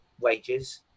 wages